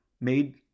made